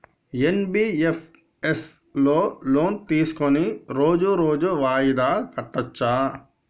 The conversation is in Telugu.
ఎన్.బి.ఎఫ్.ఎస్ లో లోన్ తీస్కొని రోజు రోజు వాయిదా కట్టచ్ఛా?